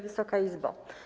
Wysoka Izbo!